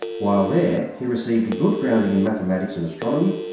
while there he received a good grounding in mathematics and astronomy,